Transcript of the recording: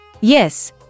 Yes